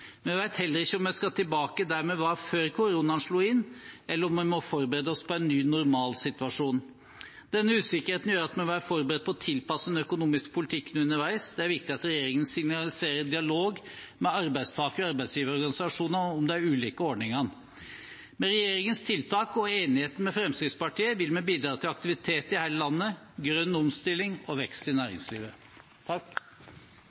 vi vet ikke hvor fort den vil synke. Vi vet heller ikke om vi skal tilbake der vi var før koronaen slo inn, eller om vi må forberede oss på en ny normalsituasjon. Denne usikkerheten gjør at vi må være forberedt på å tilpasse den økonomiske politikken underveis. Det er viktig at regjeringen signaliserer dialog med arbeidstaker- og arbeidsgiverorganisasjonene om de ulike ordningene. Med regjeringens tiltak og enigheten med Fremskrittspartiet vil vi bidra til aktivitet i hele landet, grønn omstilling og vekst i